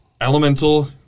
elemental